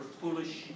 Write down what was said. foolish